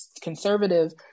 conservative